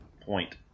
point